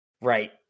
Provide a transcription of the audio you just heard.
right